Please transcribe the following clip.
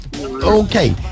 Okay